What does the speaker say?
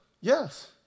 yes